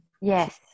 Yes